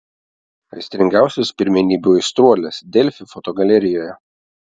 aistringiausios pirmenybių aistruolės delfi fotogalerijoje